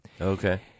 Okay